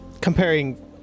Comparing